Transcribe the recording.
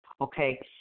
Okay